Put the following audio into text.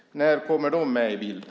När kommer de med i bilden?